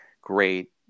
great